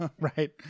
Right